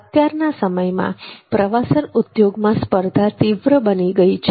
અત્યારના સમયમાં પ્રવાસન ઉદ્યોગમાં સ્પર્ધા તીવ્ર બની ગઈ છે